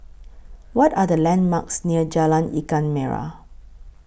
What Are The landmarks near Jalan Ikan Merah